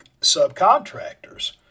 subcontractors